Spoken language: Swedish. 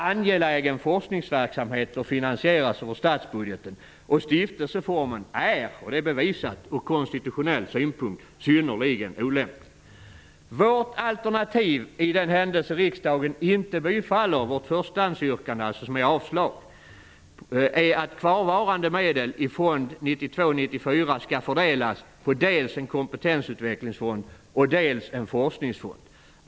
Angelägen forskningsverksamhet skall finansieras över statsbudgeten, och stiftelseformen är ur konstitutionell synpunkt synnerligen olämplig. Det är bevisat. Vårt alternativ i den händelse riksdagen inte bifaller vårt förstahandsyrkande, som är avslag, är att kvarvarande medel från Fond 92--94 skall fördelas på dels en kompetensutvecklingsfond, dels en forskningsfond.